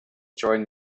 during